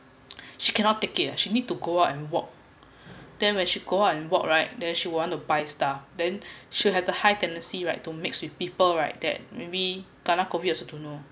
she cannot take it leh she need to go and walk then when she go out and walk right then she want to buy stuff then she'll have the high tendency right to mix with people right that maybe kena COVID you also don't know